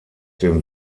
dem